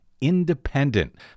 independent